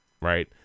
right